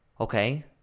okay